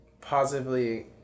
positively